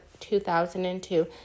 2002